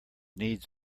needs